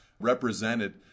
represented